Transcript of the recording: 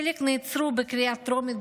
חלק נעצרו בקריאה טרומית,